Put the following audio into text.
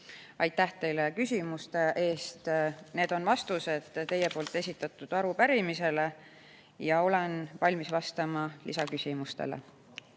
Aitäh teile küsimuste eest! Need on vastused teie esitatud arupärimisele ja olen valmis vastama lisaküsimustele.